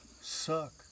Suck